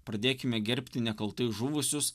pradėkime gerbti nekaltai žuvusius